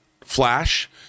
flash